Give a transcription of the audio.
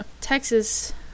Texas